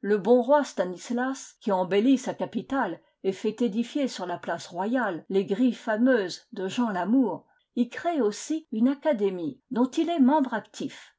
le bon roi stanislas qui embellit sa capitale et fait édifier sur la place royale les grilles fameuses de jean lamour y crée aussi une académie dont il est membre actif